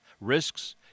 risks